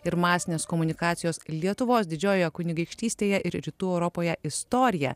ir masinės komunikacijos lietuvos didžiojoje kunigaikštystėje ir rytų europoje istorija